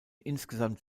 insgesamt